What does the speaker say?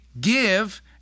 give